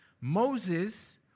Moses